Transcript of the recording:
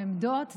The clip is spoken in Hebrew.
עם עמדות,